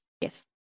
yes